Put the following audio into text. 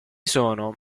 sono